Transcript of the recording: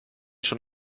schon